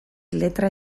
letra